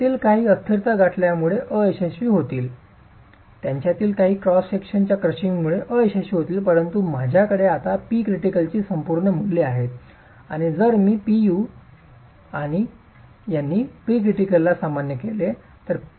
त्यातील काही अस्थिरता गाठल्यामुळे अयशस्वी होतील त्यांच्यातील काही क्रॉस सेक्शनच्या क्रॅशिंगमुळे अयशस्वी होतील परंतु माझ्याकडे आता Pcritical ची संपूर्ण मूल्ये आहेत आणि जर मी Pu यांनी Pcritical ला सामान्य केले